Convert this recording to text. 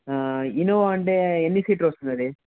Innova అంటే ఎన్ని సీట్లు వస్తుంది అది